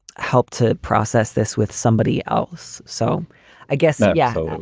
help to process this with somebody else. so i guess yahoo!